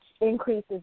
increases